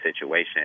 situation